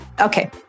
okay